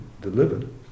delivered